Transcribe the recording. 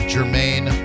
Jermaine